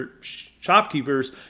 shopkeepers